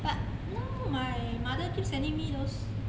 but now my mother keep sending me those